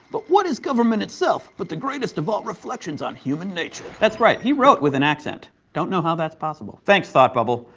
but what is government itself, but the greatest of all reflections on human nature. that's right, he wrote with an accent. don't know how that's possible. thanks, thought bubble.